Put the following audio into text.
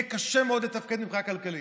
יהיה קשה מאוד לתפקד מבחינה כלכלית.